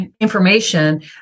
information